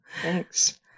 Thanks